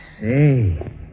Say